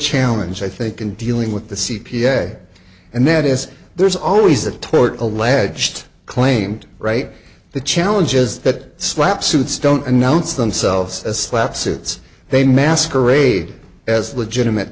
challenge i think in dealing with the c p a and that is there's always the tort alleged claimed right the challenges that slap suits don't announce themselves as slap suits they masquerade as legitimate